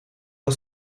wel